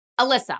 Alyssa